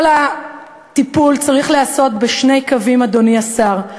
כל הטיפול צריך להיעשות בשני קווים, אדוני השר.